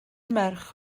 merch